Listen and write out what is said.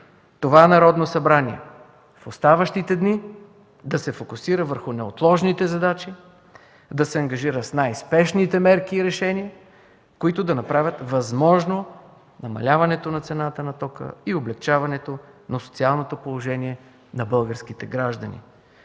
Това Народно събрание в оставащите дни да се фокусира върху неотложните задачи, да се ангажира с най-спешните мерки и решения, които да направят възможно намаляването на цената на тока и облекчаването на социалното положение на българските граждани.